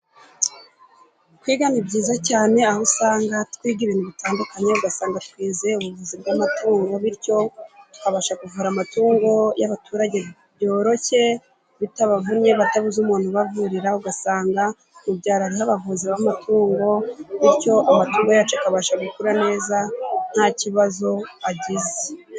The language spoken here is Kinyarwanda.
Kwiga ni byiza cyane aho usanga twiga ibintu bitandukanye, ugasanga twize: ubuvuzi bw'amatungo bityo tukabasha kuvura amatungo y'abaturage byoroshye bitabavunnye, batabuze umuntu ubavurira, ugasanga ubyara nk'abavuzi b'amatungo ,bityo amatungo yacu akabasha gukura neza ntakibazo agize.